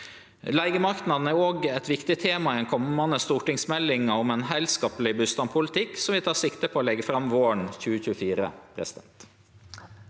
Leigemarknaden er òg eit viktig tema i den komande stortingsmeldinga om ein heilskapleg bustadpolitikk, som vi tek sikte på å leggje fram våren 2024.